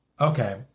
Okay